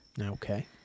Okay